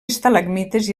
estalagmites